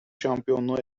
şampiyonluğu